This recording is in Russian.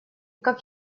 как